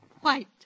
White